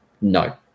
No